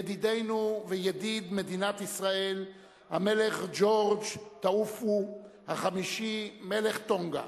ידידנו וידיד מדינת ישראל המלך ג'ורג' טאוּפוּ החמישי מלך טונגה.